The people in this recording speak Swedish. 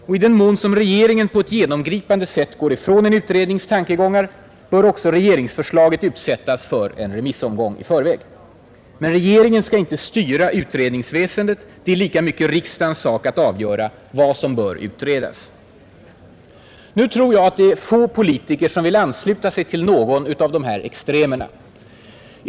Och i den mån som regeringen på ett genomgripande sätt går ifrån en utrednings tankegångar bör också regeringsförslaget utsättas för en remissomgång i förväg. Men regeringen skall inte styra utredningsväsendet — det är lika mycket riksdagens sak att avgöra vad som bör utredas. Nu tror jag att det är få politiker som vill ansluta sig till någon av de här extremerna.